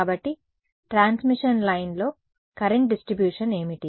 కాబట్టి ట్రాన్స్మిషన్ లైన్లో current distribution ఏమిటి